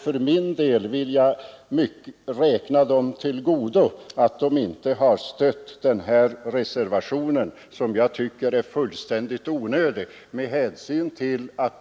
För min del vill jag räkna dem till godo att de inte har stött reservationen, som jag tycker är fullständigt onödig.